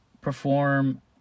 perform